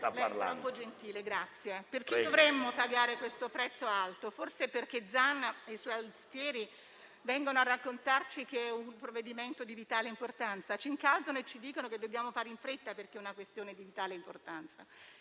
perché dovremmo pagare questo prezzo così alto? Forse perché Zan e i suoi alfieri vengono a raccontarci che è un provvedimento di vitale importanza, per cui ci incalzano e ci dicono che dobbiamo fare in fretta? E, alla luce di questa presunta vitale importanza,